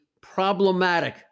problematic